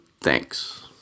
Thanks